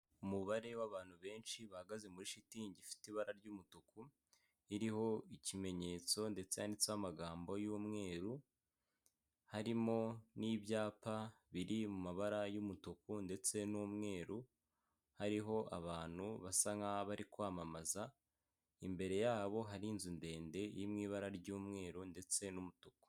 Umubare w'abantu benshi bahagaze muri shitingi ifite ibara ry'umutuku, iriho ikimenyetso ndetse yanditseho amagambo y'umweru, harimo n'ibyapa biri mu mabara y'umutuku ndetse n'umweru, hariho abantu basa nk'abari kwamamaza, imbere yabo hari inzu ndende iri mu ibara ry'umweru ndetse n'umutuku.